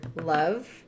love